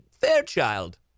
Fairchild